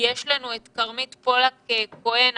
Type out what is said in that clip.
יש את כרמית פולק כהן,